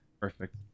perfect